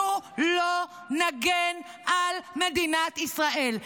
אנחנו לא נגן על מדינת ישראל?